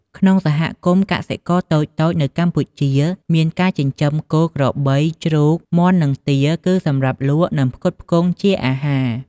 ក្នុងសហគមន៍កសិករតូចៗនៅកម្ពុជា មានការចិញ្ចឹម គោ ក្របី ជ្រូក មាន់ និងទា គឺសម្រាប់លក់ និងផ្គត់ផ្គង់ជាអាហារ។